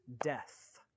death